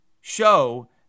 show